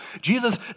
Jesus